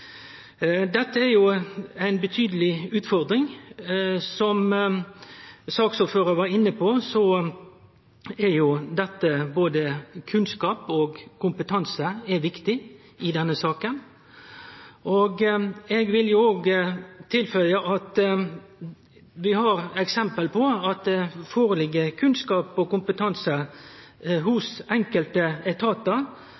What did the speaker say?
Dette er ei betydeleg utfordring. Som saksordføraren var inne på, er både kunnskap og kompetanse viktig i denne saka. Eg vil òg leggje til at vi har eksempel på at det ligg føre kunnskap og kompetanse